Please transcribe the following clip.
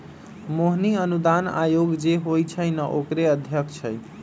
मोहिनी अनुदान आयोग जे होई छई न ओकरे अध्यक्षा हई